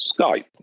Skype